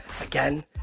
again